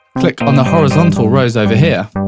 click on the horizontal rows, over here. or